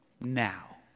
Now